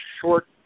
short